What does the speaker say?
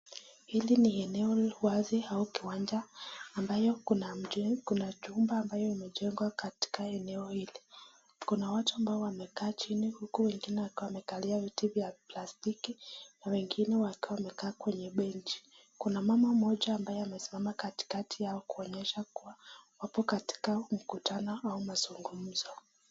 Hili ni eneo wazi au kiwanja ambalo kuna jumba ambayo imejengwa katika eneo hili, kuna watu ambao wamekaa chini huku wengine wakiwa wamekalia viti vya plastiki na wengine wakiwa wamekaa kwenye benchi, kuna mama mmoja ambaye amesimama katikati yao kuonyesha kuwa wapo katika mkutano au mazungumzo.